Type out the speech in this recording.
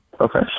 Okay